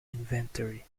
inventory